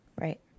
Right